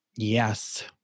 Yes